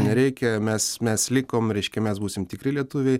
nereikia mes mes likom reiškia mes būsim tikri lietuviai